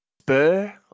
spur